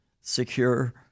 secure